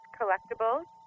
Collectibles